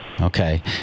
Okay